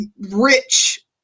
rich